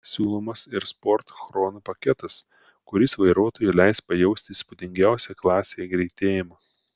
siūlomas ir sport chrono paketas kuris vairuotojui leis pajausti įspūdingiausią klasėje greitėjimą